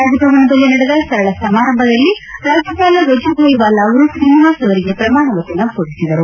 ರಾಜಭವನದಲ್ಲಿ ನಡೆದ ಸರಳ ಸಮಾರಂಭದಲ್ಲಿ ರಾಜ್ಯಪಾಲ ವಜುಬಾಯಿವಾಲಾ ಅವರು ಶ್ರೀನಿವಾಸ ಅವರಿಗೆ ಪ್ರಮಾಣವಚನ ಭೋದಿಸಿದರು